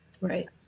right